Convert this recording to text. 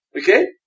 Okay